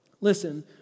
listen